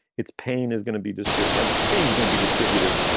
its pain is going to be district and pain is going to be distributed.